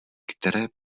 které